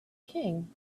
king